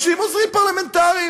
30 עוזרים פרלמנטריים.